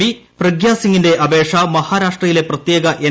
P Pragya സിങ്ങിന്റെ അപേക്ഷ മഹാരാഷ്ട്രയിലെ പ്രത്യേക എൻ